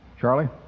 charlie